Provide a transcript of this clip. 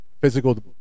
physical